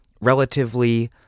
relatively